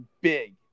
big